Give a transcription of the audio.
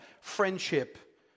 friendship